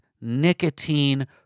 nicotine